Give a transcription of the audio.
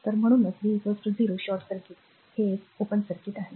तर म्हणूनच v 0 short circuit हे एक ओपन सर्किट आहे